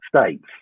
States